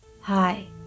Hi